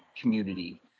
community